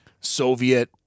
Soviet